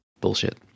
bullshit